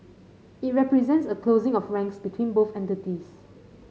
it represents a closing of ranks between both entities